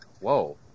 whoa